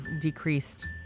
decreased